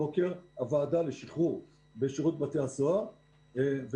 הוועדה לשחרור בשירות בתי הסוהר יכולה לקבל